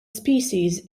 species